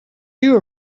you